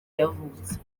yavutse